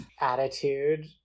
attitude